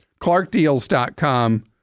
ClarkDeals.com